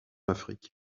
afrique